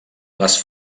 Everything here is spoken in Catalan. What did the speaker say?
les